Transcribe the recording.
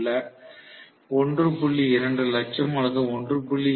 2 லட்சம் அல்லது 1